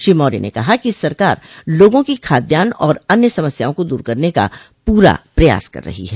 श्री मौर्य ने कहा कि सरकार लोगों की खाद्यान्न और अन्य समस्याओं को दूर करने का पूरा प्रयास कर रही है